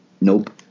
nope